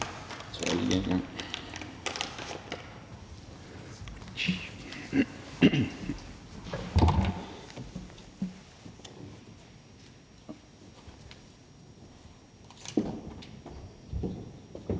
så lige det her